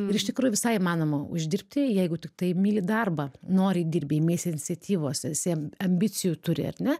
ir iš tikrųjų visai įmanoma uždirbti jeigu tiktai myli darbą noriai dirbi imiesi iniciatyvos esi ambicijų turi ar ne